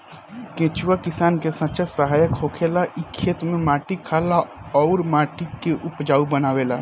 केचुआ किसान के सच्चा सहायक होखेला इ खेत में माटी खाला अउर माटी के उपजाऊ बनावेला